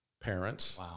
parents